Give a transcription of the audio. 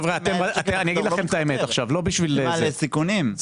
זה מעלה סיכונים.